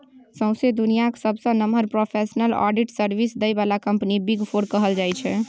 सौंसे दुनियाँक सबसँ नमहर प्रोफेसनल आडिट सर्विस दय बला कंपनी बिग फोर कहल जाइ छै